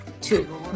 two